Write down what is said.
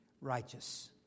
righteous